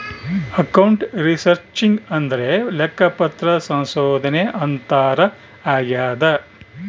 account researching ಅಂದ್ರೆ ಲೆಕ್ಕಪತ್ರ ಸಂಶೋಧನೆ ಅಂತಾರ ಆಗ್ಯದ